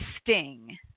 sting